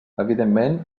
evidentment